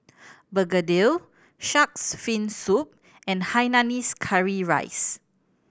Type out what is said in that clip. begedil Shark's Fin Soup and Hainanese curry rice